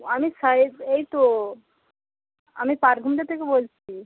আমি সাই এই তো আমি পারগুন্ডে থেকে বলছি